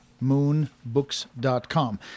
moonbooks.com